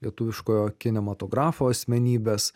lietuviškojo kinematografo asmenybes